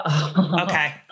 Okay